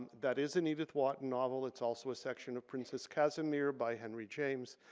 that is an edith wharton novel. it's also a section of princess casimir by henry james.